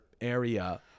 area